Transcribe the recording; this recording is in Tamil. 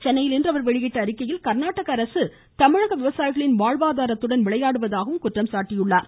சென்னையில் இன்று அவர் வெளியிட்டுள்ள அறிக்கையில் கா்நாடக அரசு தமிழக விவசாயிகளின் வாழ்வாதாரத்துடன் விளையாடுவதாகவும் குற்றம் சாட்டியுள்ளார்